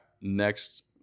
next